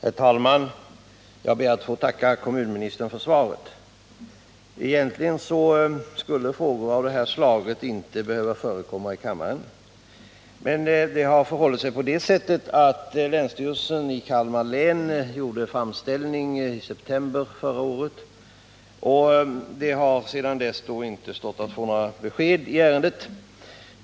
Herr talman! Jag ber att få tacka kommunministern för svaret. Egentligen skulle frågor av detta slag inte behöva förekomma i kammaren. Men länsstyrelsen i Kalmar län gjorde en framställning i september förra året, och sedan dess har man inte kunnat få några besked i ärendet.